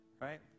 Right